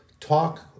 talk